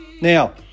Now